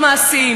כן.